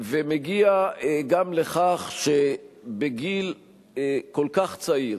ומגיע גם לכך שבגיל כל כך צעיר